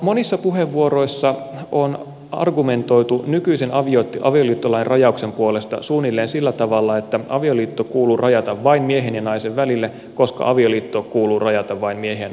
monissa puheenvuoroissa on argumentoitu nykyisen avioliittolain rajauksen puolesta suunnilleen sillä tavalla että avioliitto kuuluu rajata vain miehen ja naisen välille koska avioliitto kuuluu rajata vain miehen ja naisen välille